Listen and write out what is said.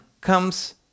comes